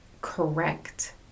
correct